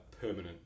permanent